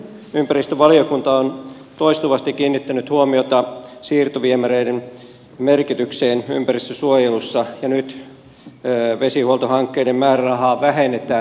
ympäristövaliokunta on toistuvasti kiinnittänyt huomiota siirtoviemäreiden merkitykseen ympäristönsuojelussa ja nyt vesihuoltohankkeiden määrärahaa vähennetään